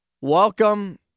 Welcome